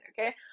okay